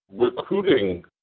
recruiting